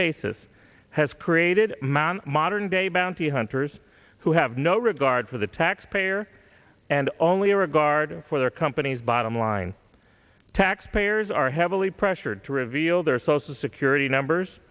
basis has created man modern day bounty hunters who have no regard for the taxpayer and only regard for their company's bottom line taxpayers are heavily pressured to reveal their social security numbers